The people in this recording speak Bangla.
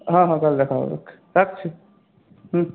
হ্যাঁ হ্যাঁ কাল দেখা হবে রাখছি হুম